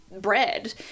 bread